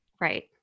Right